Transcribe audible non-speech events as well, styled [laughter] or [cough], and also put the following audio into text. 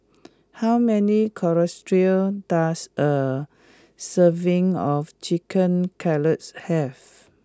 how many [unintelligible] does a serving of Chicken Cutlets have